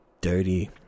dirty